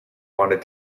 wanted